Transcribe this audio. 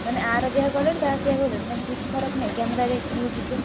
ମାନେ ଆର ଯାହା କ୍ଵାଲିଟି ତା'ର ସେୟା କ୍ଵାଲିଟି ମାନେ କିଛି ଫରକ୍ ନାହିଁ କ୍ୟାମେରାରେ ମ୍ୟୁଜିକ୍ରେ